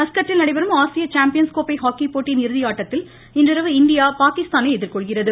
மஸ்கட்டில் நடைபெறும் ஆசிய சாம்பியன்ஸ் கோப்பை ஹாக்கி போட்டியின் இறுதி ஆட்டத்தில் இன்றிரவு இந்தியா பாகிஸ்தானை எதிர்கொள்கிறது